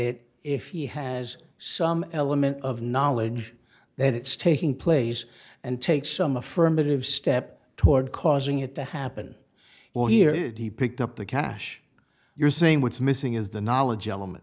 it if he has some element of knowledge that it's taking place and take some affirmative steps toward causing it to happen or hear it he picked up the cash you're saying what's missing is the knowledge element